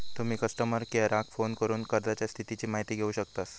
तुम्ही कस्टमर केयराक फोन करून कर्जाच्या स्थितीची माहिती घेउ शकतास